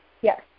Yes